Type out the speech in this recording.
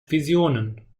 visionen